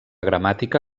gramàtica